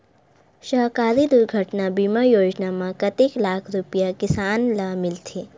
सहकारी दुर्घटना बीमा योजना म कतेक लाख रुपिया किसान ल मिलथे?